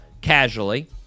casually